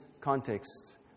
context